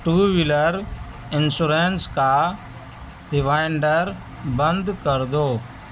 to wheeler insurance کا reminder بند کر دو